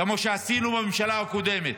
כמו שעשינו בממשלה הקודמת,